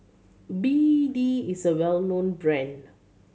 B D is a well known brand